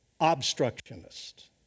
obstructionist